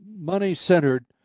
money-centered